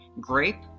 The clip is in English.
grape